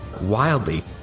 wildly